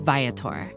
Viator